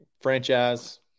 franchise